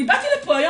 אני באתי לפה היום,